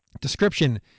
Description